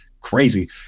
crazy